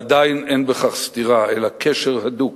ועדיין אין בכך סתירה אלא קשר הדוק.